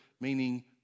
meaning